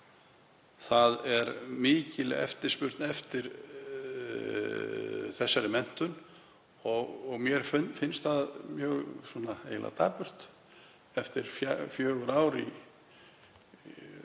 Það er mikil eftirspurn eftir þessari menntun og mér finnst það eiginlega dapurt eftir fjögur ár